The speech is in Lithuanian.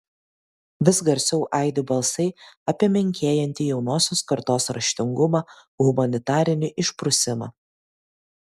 vis garsiau aidi balsai apie menkėjantį jaunosios kartos raštingumą humanitarinį išprusimą